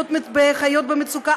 שעוסקות בדיור הציבורי,